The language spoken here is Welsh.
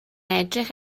edrych